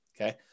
Okay